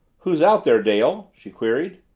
who's out there, dale? she queried.